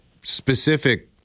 specific